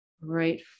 Right